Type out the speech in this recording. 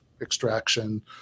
extraction